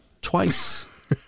twice